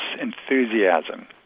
enthusiasm